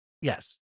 Yes